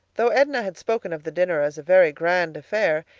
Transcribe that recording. though edna had spoken of the dinner as a very grand affair,